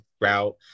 route